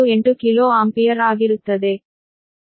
1658 kilo ampere ಆಗಿರುತ್ತದೆ